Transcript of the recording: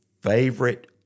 favorite